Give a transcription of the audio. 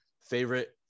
favorite